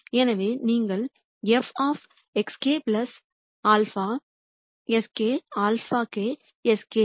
எனவே நீங்கள் fx k α sk αk sk